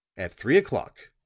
at three o'clock,